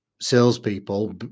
salespeople